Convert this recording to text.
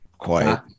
Quiet